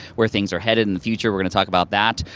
where things are headed in the future, we're gonna talk about that.